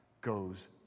goes